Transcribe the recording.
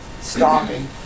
stopping